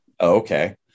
okay